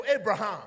Abraham